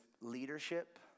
leadership